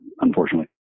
unfortunately